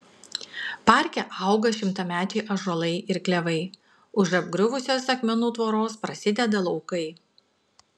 parke auga šimtamečiai ąžuolai ir klevai už apgriuvusios akmenų tvoros prasideda laukai